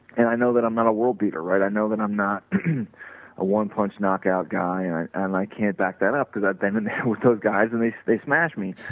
and i know that i'm not a world beater, right, i know that i'm not a one punch knockout guy, and i can't backed that up, because i've been with those guys and they they smashed me,